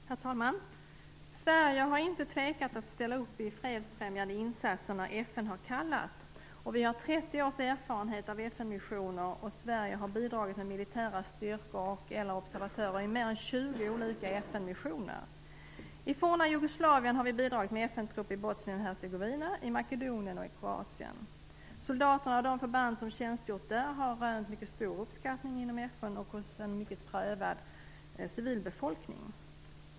Herr talman! Sverige har inte tvekat att ställa upp i fredsfrämjande insatser när FN har kallat. Vi har 30 års erfarenhet av FN-missioner, och Sverige har bidragit med militära styrkor och/eller observatörer i mer än 20 olika FN-missioner. I forna Jugoslavien har vi bidragit med FN-trupp i Bosnien-Hercegovina, i Makedonien och i Kroatien. Soldaterna och de förband som tjänstgjort där har rönt mycket stor uppskattning inom FN och hos en hårt prövad civilbefolkning.